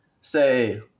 Say